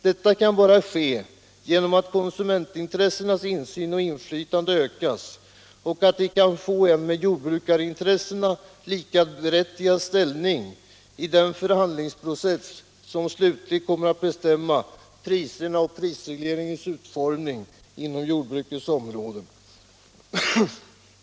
Detta kan bara ske genom att konsumenternas insyn och inflytande ökas och genom att konsumentintressena kan få en med jordbrukarintressena likaberättigad ställning i den förhandlingsprocess som slutgiltigt kommer att bestämma priserna och prisregleringens utformning på jordbrukets område.